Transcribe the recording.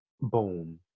Boom